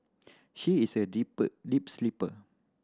she is a deep deep sleeper